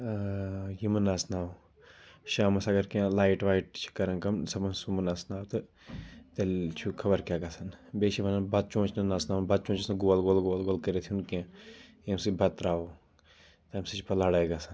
یِہ مہٕ نَژناو شامَس اگر کینٛہہ لایِٹ وایِٹ چھِ کَران کَم سُہ مہٕ سُہ مہ نَژناو تہٕ تیٚلہِ چھُ خبر کیٛاہ گژھان بیٚیہِ چھِ وَنان بَتہٕ چونٛچہِ نہٕ نَژناوُن بَتہٕ چونٛچَس نہٕ گول گول گول گول کٔرِتھ ہیوٚان کینٛہہ ییٚمہِ سۭتۍ بَتہٕ تراوو تَمہِ سۭتۍ چھِ پَتہٕ لَڑٲے گژھان